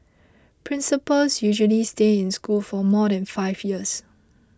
principals usually stay in school for more than five years